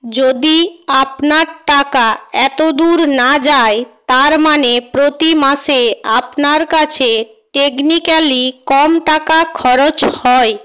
যদি আপনার টাকা এতদূর না যায় তার মানে প্রতি মাসে আপনার কাছে টেকনিক্যালি কম টাকা খরচ হয়